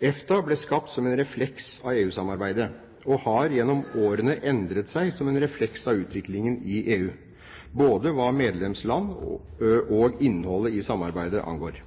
EFTA ble skapt som en refleks av EU-samarbeidet og har gjennom årene endret seg som en refleks av utviklingen i EU, hva både medlemsland og innholdet i samarbeidet angår.